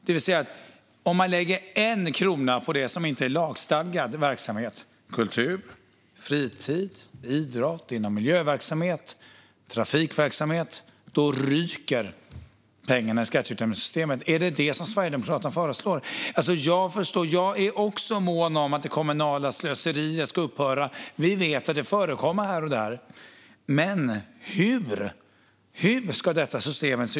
Det betyder att om kommunen lägger en enda krona på det som inte är lagstadgad verksamhet, som kultur, fritid, idrott, miljöverksamhet eller trafikverksamhet, ryker pengarna från skatteutjämningssystemet. Är det vad Sverigedemokraterna föreslår? Jag är också mån om att det kommunala slöseriet ska upphöra. Vi vet att det förekommer här och där. Men hur ska detta system se ut?